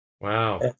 Wow